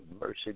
mercy